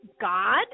God